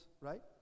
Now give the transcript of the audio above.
right